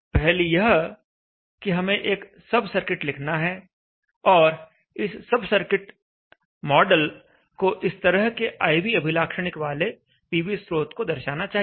पहली यह कि हमें एक सब सर्किट लिखना है इस सब सर्किट मॉडल को इस तरह के I V अभिलाक्षणिक वाले पीवी स्रोत को दर्शाना चाहिए